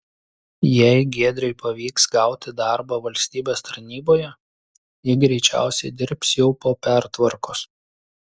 jei giedrei pavyks gauti darbą valstybės tarnyboje ji greičiausiai dirbs jau po pertvarkos